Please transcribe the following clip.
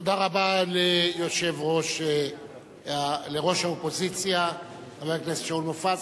תודה רבה לראש האופוזיציה חבר הכנסת שאול מופז.